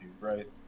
right